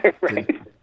right